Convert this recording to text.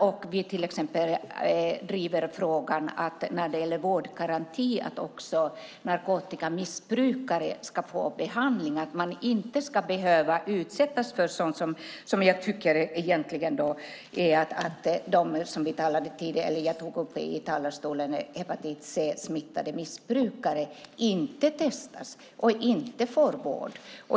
När det gäller vårdgarantin driver vi frågan att också narkotikamissbrukare ska få behandling. Hepatit C-smittade missbrukare ska inte behöva utsättas för att inte testas och inte få vård.